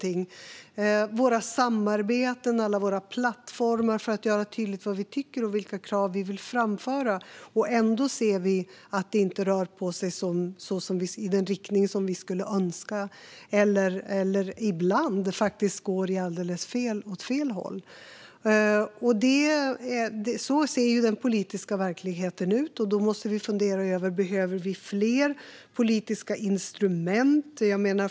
Vi har våra samarbeten och alla våra plattformar för att göra tydligt vad vi tycker och vilka krav vi vill framföra, och ändå ser vi att det inte rör sig i den riktning som vi skulle önska. Ibland går det åt alldeles fel håll. Så ser den politiska verkligheten ut, och då måste vi fundera över om vi behöver fler politiska instrument.